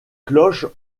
cloches